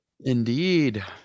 Indeed